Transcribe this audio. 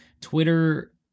Twitter